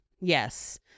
Yes